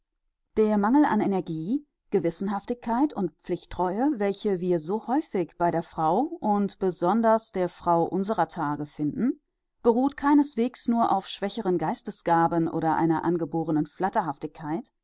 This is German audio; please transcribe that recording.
der mangel an energie gewissenhaftigkeit und pflichttreue welchen wir so häufig bei der frau und besonders der frau unserer tage finden beruht keineswegs nur auf schwächeren geistesgaben oder einer angeborenen